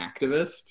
activist